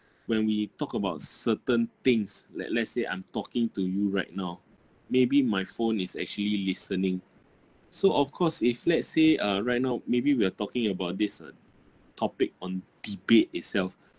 when we talk about certain things like let's say I'm talking to you right now maybe my phone is actually listening so of course if let's say uh right now maybe we're talking about this topic on debate itself